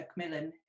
McMillan